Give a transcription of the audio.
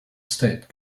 state